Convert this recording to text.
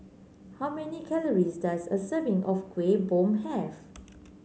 how many calories does a serving of Kuih Bom have